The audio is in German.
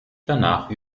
danach